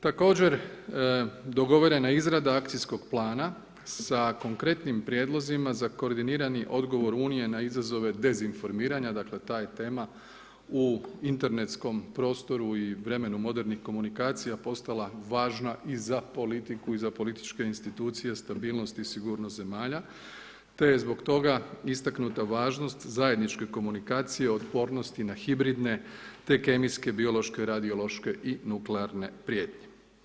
Također, dogovorena je izrada akcijskog plana sa konkretnim prijedlozima za koordinirani odgovor unije na izazove dezinformiranja, dakle, ta je tema u internetskom prostoru i vremenu modernih komunikacija postala važna i za politiku i za političke institucije stabilnost i sigurnost zemalja, te je zbog toga istaknuta važnost zajedničke komunikacije otpornosti na hibridne, te kemijske, biološke, radiološke i nuklearne prijetnje.